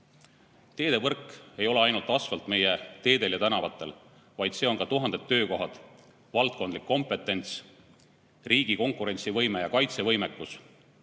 Teevõrk ei ole ainult asfalt meie teedel ja tänavatel, vaid see on ka tuhanded töökohad, valdkondlik kompetents, riigi konkurentsivõime ja kaitsevõimekus,